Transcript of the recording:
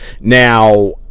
Now